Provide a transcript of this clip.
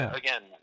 again